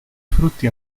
frutti